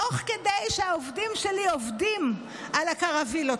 תוך כדי שהעובדים שלי עובדים על הקרווילות